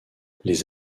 les